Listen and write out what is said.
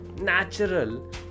natural